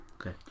Okay